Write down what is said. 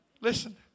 Listen